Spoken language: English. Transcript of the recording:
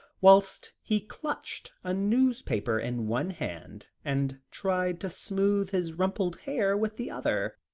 whilst he clutched a newspaper in one hand, and tried to smooth his rumpled hair with the other.